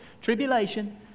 tribulation